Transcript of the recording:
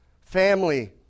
family